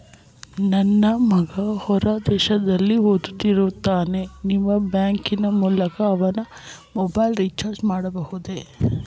ನನ್ನ ಮಗ ಹೊರ ದೇಶದಲ್ಲಿ ಓದುತ್ತಿರುತ್ತಾನೆ ನಿಮ್ಮ ಬ್ಯಾಂಕಿನ ಮೂಲಕ ಅವನ ಮೊಬೈಲ್ ರಿಚಾರ್ಜ್ ಮಾಡಬಹುದೇ?